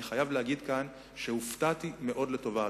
אני חייב להגיד שכאן הופתעתי מאוד לטובה,